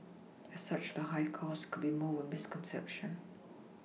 as such the high cost could be more of a misconception